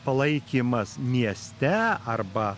palaikymas mieste arba